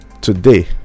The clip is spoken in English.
today